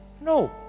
no